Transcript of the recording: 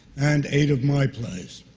and eight of my plays.